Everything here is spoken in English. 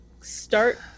start